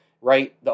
right